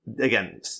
Again